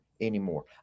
anymore